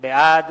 בעד